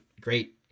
great